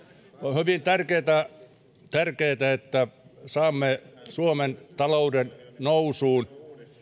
hyvin tärkeätä että saamme suomen talouden nousuun